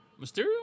Mysterio